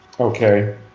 Okay